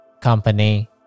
company